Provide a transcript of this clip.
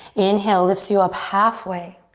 inhale, lifts you up halfway.